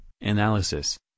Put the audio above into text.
analysis